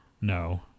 no